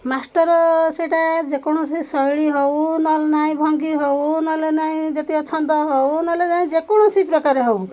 master ସେଇଟା ଯେକୌଣସି ଶୈଳୀ ହଉ ନହେଲେ ନାଇଁ ଭଙ୍ଗି ହଉ ନହଲେ ନାଇଁ ଯେତିକ ଛନ୍ଦ ହଉ ନହେଲେ ନାଇଁ ଯେକୌଣସି ପ୍ରକାର ହଉ